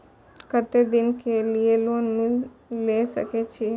केते दिन के लिए लोन ले सके छिए?